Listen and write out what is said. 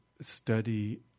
study